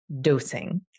dosing